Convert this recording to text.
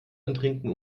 antrinken